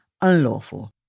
unlawful